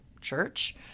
church